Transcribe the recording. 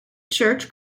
church